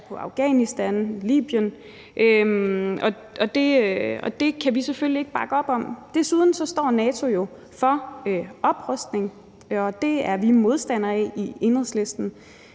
på Afghanistan og Libyen, og det kan vi selvfølgelig ikke bakke op om. Desuden står NATO jo for oprustning, og det er vi modstandere af i Enhedslisten.